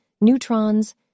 neutrons